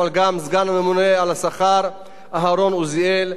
אבל גם סגן הממונה על השכר אהרן עוזיאל,